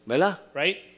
right